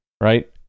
right